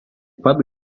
pat